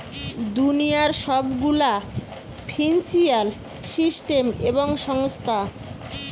দুনিয়ার সব গুলা ফিন্সিয়াল সিস্টেম এবং সংস্থা